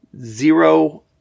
Zero